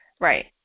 Right